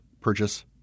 Purchase